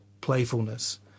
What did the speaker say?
playfulness